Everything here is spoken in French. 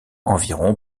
environ